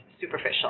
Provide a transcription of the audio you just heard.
superficial